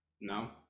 No